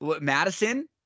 Madison